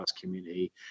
community